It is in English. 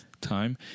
time